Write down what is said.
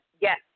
Yes